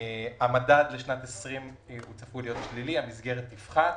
המדד לשנת 2020 צפוי להיות שלילי, המסגרת תפחת.